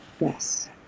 yes